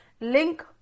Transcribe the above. link